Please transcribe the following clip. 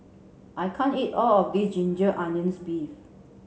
I can't eat all of this ginger onions beef